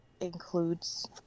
includes